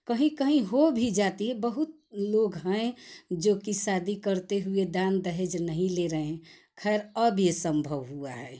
कहीं कहीं हो भी जाती है बहुत लोग हैं जो कि शादी करते हुए दान दहेज नहीं ले रहे हैं ख़ैर अब यह सम्भव हुआ है